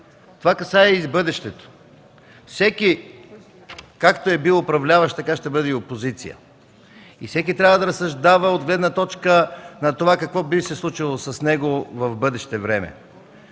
Това касае и бъдещето. Всеки, както е бил управляващ, така ще бъде и опозиция. Всеки трябва да разсъждава от гледна точка на това, какво би се случило с него в бъдеще време.